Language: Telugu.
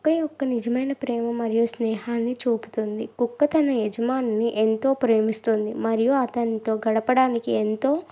కుక్క యొక్క నిజమైన ప్రేమ మరియు స్నేహాన్ని చూపుతుంది కుక్క తన యజమానిని ఎంతో ప్రేమిస్తుంది మరియు అతనితో గడపడానికి ఎంతో